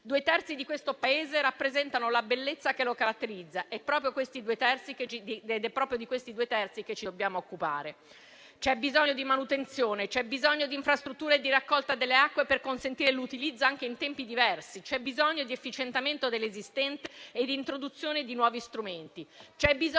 Due terzi di questo Paese rappresentano la bellezza che lo caratterizza, ed è proprio di questi due terzi che ci dobbiamo occupare. C'è bisogno di manutenzione, di infrastrutture e di raccolta delle acque per consentirne l'utilizzo anche in tempi diversi. C'è bisogno di efficientamento dell'esistente e di introduzione di nuovi strumenti. Anche in